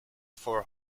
for